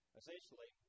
essentially